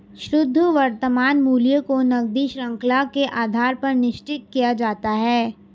शुद्ध वर्तमान मूल्य को नकदी शृंखला के आधार पर निश्चित किया जाता है